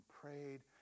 prayed